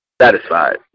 satisfied